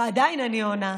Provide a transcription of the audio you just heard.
ועדיין אני עונה,